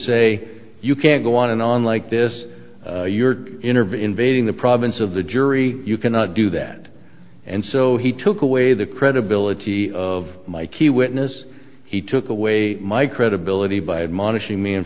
say you can't go on and on like this your interview invading the province of the jury you cannot do that and so he took away the credibility of my key witness he took away my credibility by admonishing me in